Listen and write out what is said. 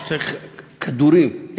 שצריך כדורים,